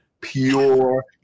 pure